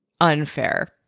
unfair